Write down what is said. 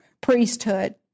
priesthood